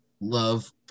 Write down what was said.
Love